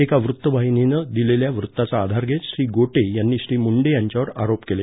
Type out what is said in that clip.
एका व्रत्तवाहिनीनं दिलेल्या व्रत्ताचा आधार घेत श्री गोटे यांनी श्री मुंडे यांच्यावर आरोप केले